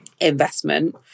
investment